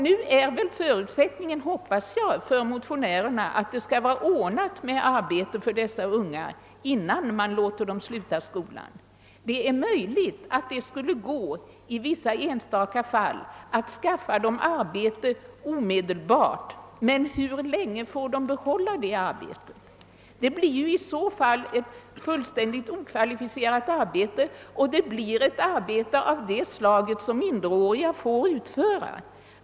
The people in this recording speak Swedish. Nu har väl tanken bakom motionärernas förslag — hoppas jag — varit, att det skall vara ordnat med arbete för dessa unga innan man låter dem sluta skolan. Det är möjligt att det i vissa enstaka fall skulle gå att skaffa dem ett arbete omedelbart, men hur länge skulle de sedan få behålla det? Det blir i så fall ett fullständigt okvalificerat arbete och ett arbete av det slag som minderåriga får utföra.